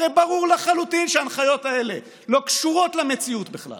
הרי ברור לחלוטין שההנחיות האלה לא קשורות למציאות בכלל